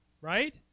Right